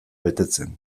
betetzen